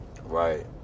Right